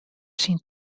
syn